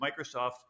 Microsoft